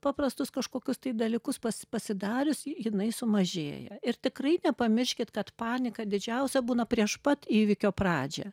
paprastus kažkokius tai dalykus pas pasidariusi jinai sumažėja ir tikrai nepamirškit kad panika didžiausia būna prieš pat įvykio pradžią